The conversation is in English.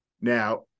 now